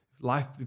life